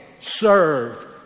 Serve